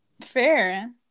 Fair